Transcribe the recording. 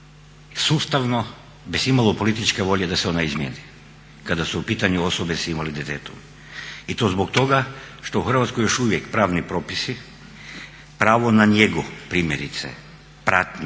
i sustavno, bez imalo političke volje da se ona izmijeni kada su u pitanju osobe s invaliditetom i to zbog toga što u Hrvatskoj još uvijek pravni propisi, pravo na njegu primjerice, pratnju,